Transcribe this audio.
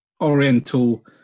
oriental